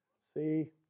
See